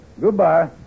Goodbye